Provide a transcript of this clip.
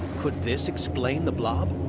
could this explain the blob?